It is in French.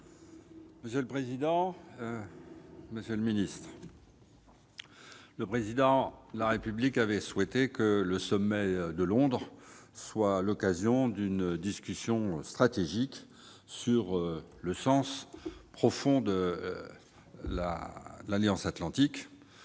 Monsieur le président, monsieur le ministre, mes chers collègues, le Président de la République avait souhaité que le sommet de Londres soit l'occasion d'une discussion stratégique sur le sens profond de l'Alliance atlantique,